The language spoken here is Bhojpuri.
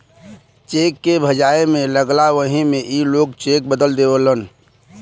चेक के भजाए मे लगला वही मे ई लोग चेक बदल देवेलन